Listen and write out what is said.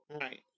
Right